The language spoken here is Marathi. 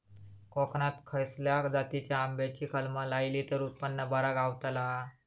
कोकणात खसल्या जातीच्या आंब्याची कलमा लायली तर उत्पन बरा गावताला?